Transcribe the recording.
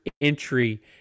entry